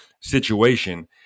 situation